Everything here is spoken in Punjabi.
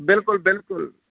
ਬਿਲਕੁਲ ਬਿਲਕੁਲ